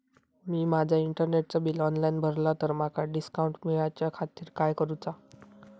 मी माजा इंटरनेटचा bill online भरला तर माका डिस्काउंट मिलाच्या खातीर काय करुचा?